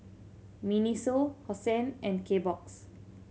MINISO Hosen and K Box